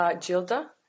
Gilda